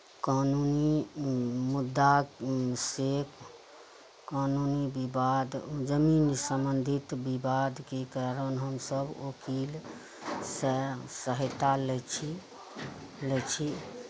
कानूनी मुद्दा से कानूनी विवाद जमीन सम्बन्धित विवादके कारण हमसब वकील से सहायता लै छी लै छी